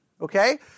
Okay